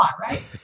right